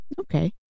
Okay